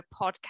podcast